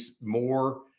more